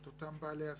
את אותם בעלי עסקים,